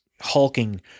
hulking